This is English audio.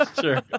Sure